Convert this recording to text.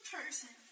person